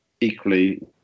equally